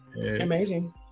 Amazing